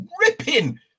ripping